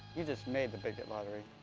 you just made the bigot lottery.